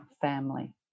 family